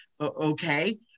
okay